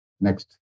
Next